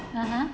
(uh huh)